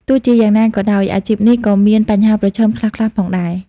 ទោះជាយ៉ាងណាក៏ដោយ អាជីពនេះក៏មានបញ្ហាប្រឈមខ្លះៗផងដែរ។